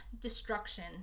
destruction